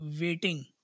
waiting